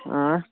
آ